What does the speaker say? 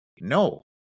No